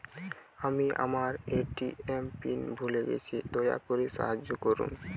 আমি আমার A T M PIN ভুলে গেছি, দয়া করে সাহায্য করুন